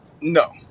No